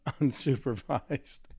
unsupervised